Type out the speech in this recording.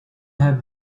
have